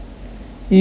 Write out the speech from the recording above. you